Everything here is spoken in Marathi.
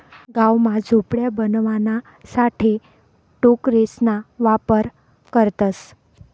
गाव मा झोपड्या बनवाणासाठे टोकरेसना वापर करतसं